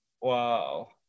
wow